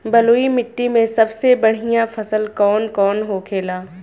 बलुई मिट्टी में सबसे बढ़ियां फसल कौन कौन होखेला?